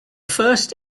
first